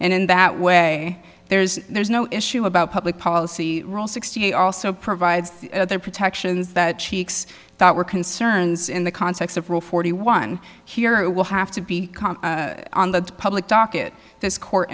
and in that way there's there's no issue about public policy role sixty also provides other protections that cheeks thought were concerns in the context of roe forty one here it will have to be on the public docket this court